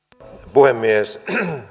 puhemies